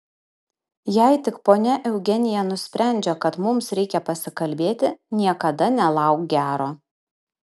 jei tik ponia eugenija nusprendžia kad mums reikia pasikalbėti niekada nelauk gero